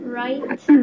right